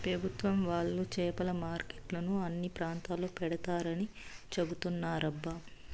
పెభుత్వం వాళ్ళు చేపల మార్కెట్లను అన్ని ప్రాంతాల్లో పెడతారని చెబుతున్నారబ్బా